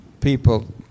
people